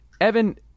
Evan